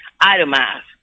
itemized